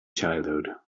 childhood